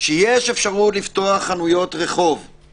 לא פחות חמור עבור הילדים שלנו,